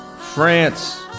France